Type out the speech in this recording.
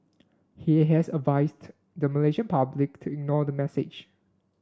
he has advised the Malaysian public to ignore the message